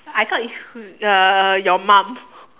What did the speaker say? I thought it's who uh your mom